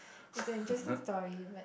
is an interesting story but